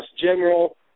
general